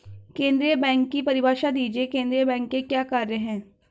केंद्रीय बैंक की परिभाषा दीजिए केंद्रीय बैंक के क्या कार्य हैं?